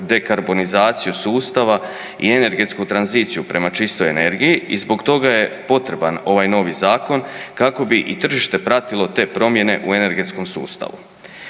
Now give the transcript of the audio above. dekarbonizaciju sustava i energetsku tranziciju prema čistoj energiji i zbog toga je potreban ovaj novi zakon kako bi i tržište pratilo te promjene u energetskom sustavu.